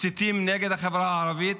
מסיתים נגד החברה הערבית,